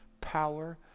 power